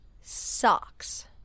Socks